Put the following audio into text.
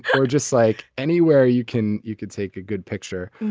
or just like anywhere you can. you could take a good picture.